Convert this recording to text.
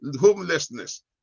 homelessness